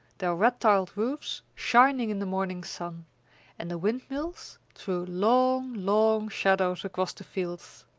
their red-tiled roofs shining in the morning sun and the windmills threw long, long shadows across the fields.